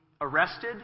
arrested